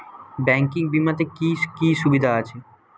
Banking বিমাতে কি কি সুবিধা আছে?